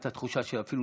הייתה תחושה של זדון,